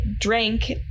drank